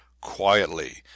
Quietly